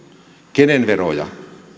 kenen verojen